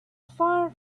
far